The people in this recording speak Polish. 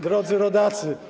Drodzy Rodacy!